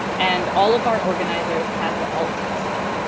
and all of our organisers have the alt text set.